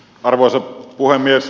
arvoisa puhemies